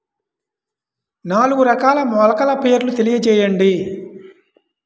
నాలుగు రకాల మొలకల పేర్లు తెలియజేయండి?